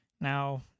Now –